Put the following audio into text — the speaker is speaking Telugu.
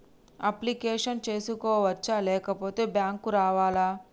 అప్లికేషన్ చేసుకోవచ్చా లేకపోతే బ్యాంకు రావాలా?